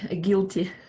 guilty